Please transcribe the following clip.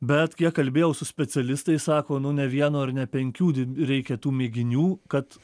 bet kiek kalbėjau su specialistais sako nu ne vieno ir ne penkių reikia tų mėginių kad